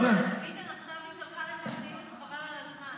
ביטן, עכשיו היא שלחה לך ציוץ, חבל על הזמן.